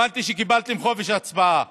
הבנתי שקיבלתם חופש הצבעה.